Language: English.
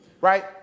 Right